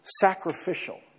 sacrificial